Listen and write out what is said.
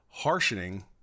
harshening